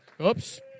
Oops